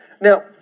Now